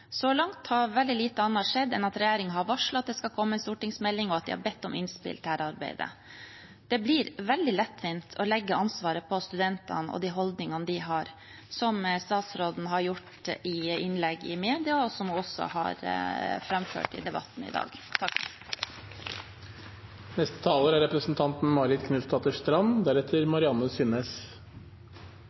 Så langt har veldig lite annet skjedd enn at regjeringen har varslet at det skal komme en stortingsmelding, og at de har bedt om innspill til dette arbeidet. Det blir veldig lettvint å legge ansvaret på studentene og de holdningene de har, som statsråden har gjort i innlegg i media, og som hun også har framført i debatten i dag.